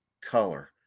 color